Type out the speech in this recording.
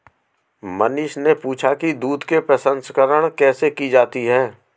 मनीष ने पूछा कि दूध के प्रसंस्करण कैसे की जाती है?